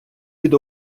від